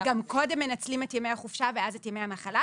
וגם קודם מנצלים את ימי החופשה ואז את ימי המחלה.